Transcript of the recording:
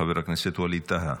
חבר הכנסת ווליד טאהא,